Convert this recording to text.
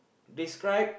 describe